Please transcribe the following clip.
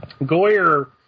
Goyer